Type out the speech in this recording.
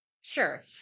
Sure